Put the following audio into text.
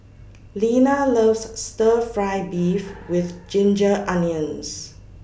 Lina loves Stir Fry Beef with Ginger Onions